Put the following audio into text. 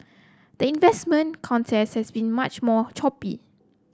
the investment contest has been much more choppy